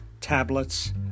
tablets